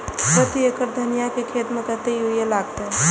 प्रति एकड़ धनिया के खेत में कतेक यूरिया लगते?